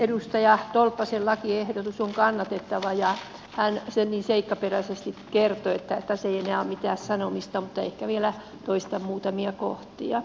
edustaja tolppasen lakiehdotus on kannatettava ja hän sen niin seikkaperäisesti kertoi että tässä ei enää ole mitään sanomista mutta ehkä vielä toistan muutamia kohtia